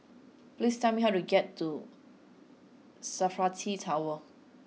please tell me how to get to Safari T Tower